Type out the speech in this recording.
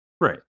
Right